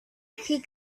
peak